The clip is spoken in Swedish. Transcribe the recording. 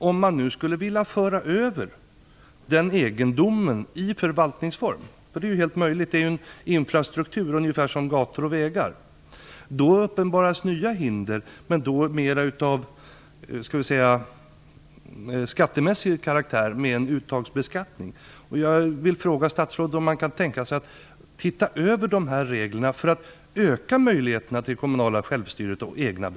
Om man nu skulle vilja föra över egendomen i förvaltningsform uppenbaras nya hinder som mer har en skattemässig karaktär, dvs. i form av uttagsbeskattning. Detta är helt möjligt att göra, eftersom det gäller infrastruktur, liksom i fråga om gator och vägar.